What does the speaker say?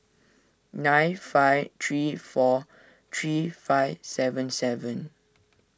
nine five three four three five seven seven